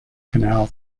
canal